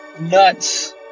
nuts